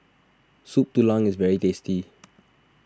Soup Tulang is very tasty